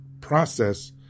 process